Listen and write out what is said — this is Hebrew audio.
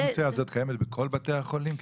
הפונקציה הזאת קיימת בכל בתי החולים?